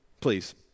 please